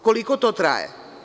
Koliko to traje?